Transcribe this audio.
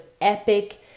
epic